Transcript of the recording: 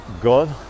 God